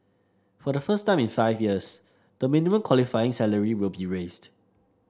for the first time in five years the minimum qualifying salary will be raised